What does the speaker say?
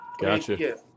Gotcha